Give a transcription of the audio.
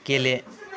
गेले